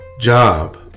job